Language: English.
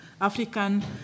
African